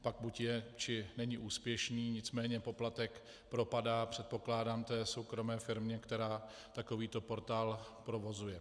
Pak buď je, nebo není úspěšný, nicméně poplatek propadá, předpokládám, té soukromé firmě, která takovýto portál provozuje.